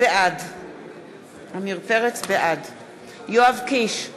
בעד יואב קיש,